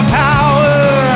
power